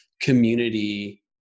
community